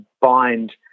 bind